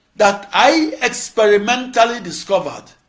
that i experimentally discovered